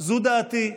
זאת דעתי.